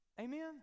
Amen